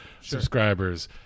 subscribers